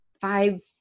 five